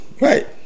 Right